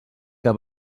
que